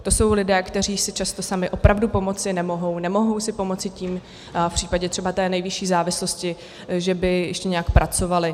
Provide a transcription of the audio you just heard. To jsou lidé, kteří si často sami opravdu pomoci nemohou, nemohou si pomoci v případě třeba té nejvyšší závislosti, že by ještě nějak pracovali.